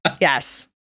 Yes